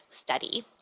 study